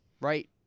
Right